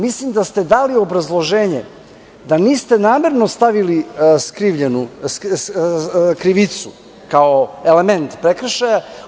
Mislim, dali ste obrazloženje gde namerno niste stavili krivicu kao element prekršaja.